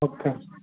okay